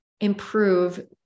improve